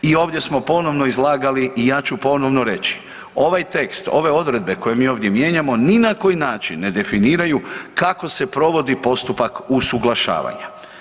I ovdje smo ponovno izlagali i ja ću ponovno reći, ovaj tekst ove odredbe koje mi ovdje mijenjamo ni na koji način ne definiraju kako se provodi postupak usuglašavanja.